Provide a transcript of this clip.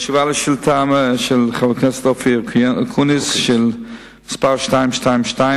חבר הכנסת אופיר אקוניס שאל את שר